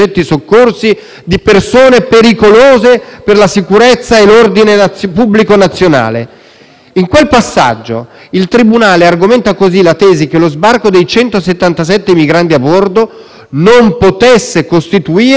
In quel passaggio il tribunale argomenta così la tesi che lo sbarco dei 177 migranti a bordo «non potesse costituire un problema cogente di ordine pubblico». Lo scrive il tribunale, nelle carte che ci ha inviato e che abbiamo letto.